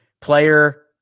player